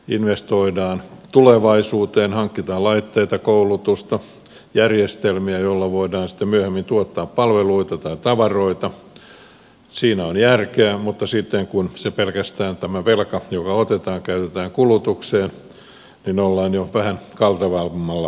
investoidaan tulevaisuuteen hankitaan laitteita koulutusta järjestelmiä joilla voidaan sitten myöhemmin tuottaa palveluita tai tavaroita siinä on järkeä mutta sitten kun tämä velka joka otetaan käytetään pelkästään kulutukseen niin ollaan jo vähän kaltevammalla tiellä